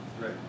right